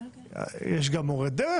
יש גם מורי דרך,